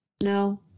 No